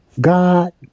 God